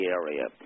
area